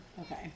okay